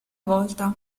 volta